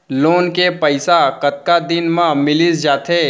Loan के पइसा कतका दिन मा मिलिस जाथे?